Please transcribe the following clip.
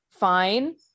fine